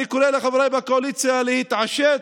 אני קורא לחבריי בקואליציה להתעשת,